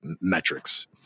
metrics